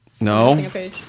No